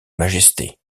majesté